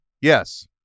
yes